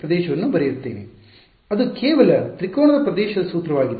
ಅದು ಕೇವಲ ತ್ರಿಕೋನದ ಪ್ರದೇಶದ ಸೂತ್ರವಾಗಿದೆ